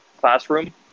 classroom